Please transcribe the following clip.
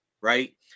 right